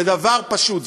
זה דבר פשוט.